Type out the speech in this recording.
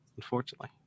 Unfortunately